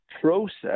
process